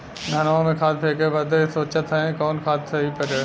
धनवा में खाद फेंके बदे सोचत हैन कवन खाद सही पड़े?